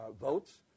votes